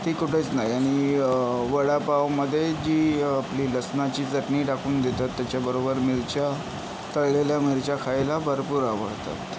ती कुठेच नाही आणि वडापावमधे जी आपली लसणाची चटणी टाकून देतात त्याच्याबरोबर मिरच्या तळलेल्या मिरच्या खायला भरपूर आवडतात